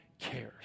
cares